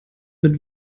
mit